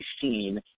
seen